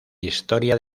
historia